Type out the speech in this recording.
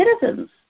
citizens